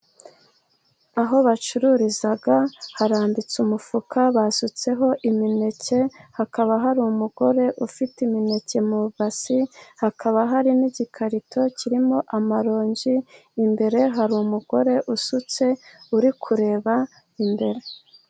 Aho bacururiza, harambitse umufuka basutseho imineke, hakaba hari umugore ufite imineke mu ibasi, hakaba hari n'igikarito kirimo amaronji, imbere hari umugore usutse, uri kureba imbere.